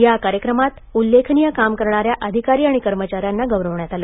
या कार्यक्रमात उल्लेखनीय काम करणाऱ्या अधिकारी कर्मचाऱ्यांना गौरवण्यात आलं